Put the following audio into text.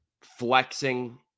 flexing